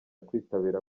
kwitabira